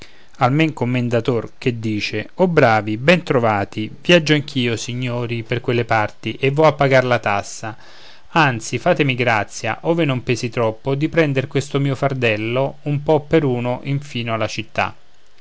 commendator che dice o bravi ben trovati viaggio anch'io signori per quelle parti e vo a pagar la tassa anzi fatemi grazia ove non pesi troppo di prender questo mio fardello un po per uno infino alla città